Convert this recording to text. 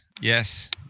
yes